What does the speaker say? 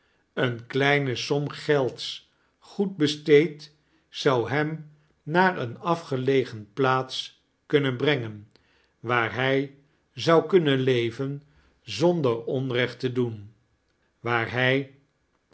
eene kleine som gelds goed besteed zou hem naar eene afgelegen plaats kunnen brengen waar hij zou kunnen leven zonder onrecht te doen waar hij